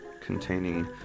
containing